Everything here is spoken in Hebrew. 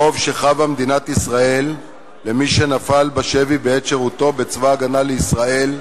חוב שחבה מדינת ישראל למי שנפל בשבי בעת שירותו בצבא-ההגנה לישראל,